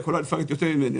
היא יכולה לפרט יותר ממני.